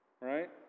right